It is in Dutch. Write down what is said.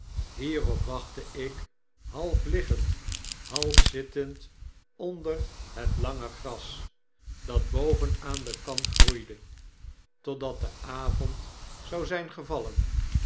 hierop wachtte ik half liggend half zittend onder het lange gras dat boven aan den kant groeide totdat de avond zou zgn gevallen